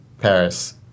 Paris